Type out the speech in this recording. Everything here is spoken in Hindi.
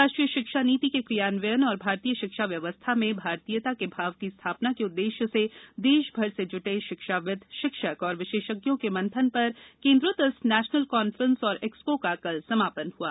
राष्ट्रीय शिक्षा नीति के क्रियान्वयन और भारतीय शिक्षा व्यवस्था में भारतीयता के भाव की स्थापना के उद्देश्य से देशभर से जुटे शिक्षाविद शिक्षक और विशेषज्ञों के मंथन पर केंद्रित इस नेशनल कांफ्रेंस एवं एक्सपो का कल समापन हुआ